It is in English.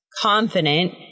confident